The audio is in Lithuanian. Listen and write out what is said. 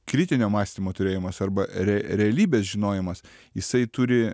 kritinio mąstymo turėjimas arba re realybės žinojimas jisai turi